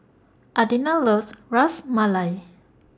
Adina loves Ras Malai